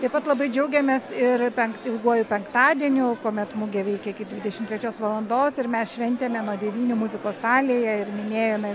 taip pat labai džiaugiamės ir penkt ilguoju penktadieniu kuomet mugė veikia iki dvidešimt trečios valandos ir mes šventėme nuo devynių muzikos salėje ir minėjome